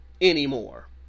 anymore